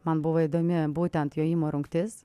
man buvo įdomi būtent jojimo rungtis